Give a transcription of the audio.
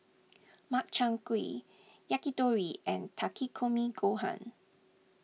Makchang Gui Yakitori and Takikomi Gohan